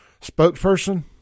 spokesperson